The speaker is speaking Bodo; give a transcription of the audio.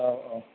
औ औ